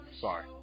Sorry